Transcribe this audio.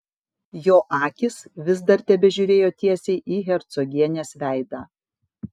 jo akys vis dar tebežiūrėjo tiesiai į hercogienės veidą